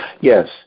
Yes